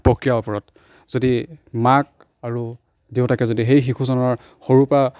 প্ৰক্ৰিয়াৰ ওপৰত যদি মাক আৰু দেউতাকে যদি সেই শিশুজনৰ সৰুৰপৰা